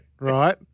right